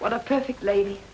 what a perfect lady